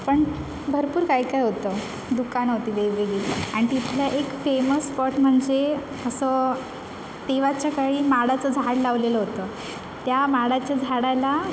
पण भरपूर काय काय होतं दुकानं होती वेगवेगळी आणि तिथला एक फेमस स्पॉट म्हणजे असं तेव्हाच्या काळी माडाचं झाड लावलेलं होतं त्या माडाच्या झाडाला